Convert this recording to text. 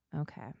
Okay